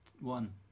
One